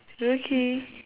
okay